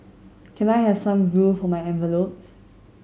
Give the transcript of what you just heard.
can I have some glue for my envelopes